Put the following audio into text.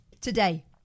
Today